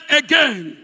again